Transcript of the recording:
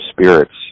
spirits